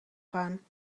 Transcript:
gaan